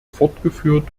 fortgeführt